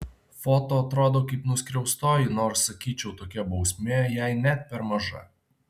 foto atrodo kaip nuskriaustoji nors sakyčiau tokia bausmė jai net per maža